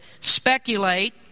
speculate